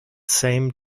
same